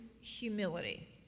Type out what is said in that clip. humility